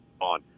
on